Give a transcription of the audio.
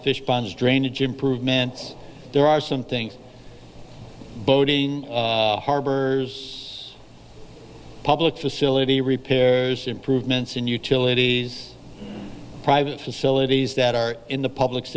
fish ponds drainage improvements there are some things boating harbors public facility repairs improvements in utilities private facilities that are in the public's